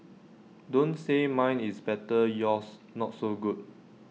don't say mine is better yours not so good